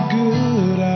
good